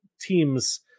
teams